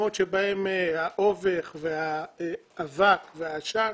מקומות בהם האובך, האבק והעשן